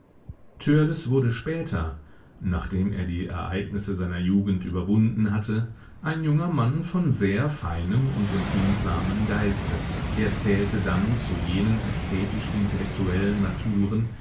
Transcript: törleß wurde später nachdem er die ereignisse seiner jugend überwunden hatte ein junger mann von sehr feinem und empfindsamem geiste er zählte dann zu jenen ästhetisch intellektuellen naturen